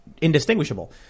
indistinguishable